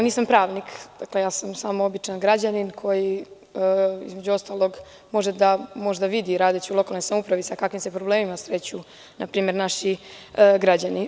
Nisam pravnik, dakle ja sam samo običan građanin koji, između ostalog, može da vidi, radeći u lokalnoj samoupravi, sa kakvim se problemima susreću naši građani.